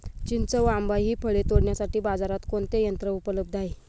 चिंच व आंबा हि फळे तोडण्यासाठी बाजारात कोणते यंत्र उपलब्ध आहे?